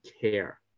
care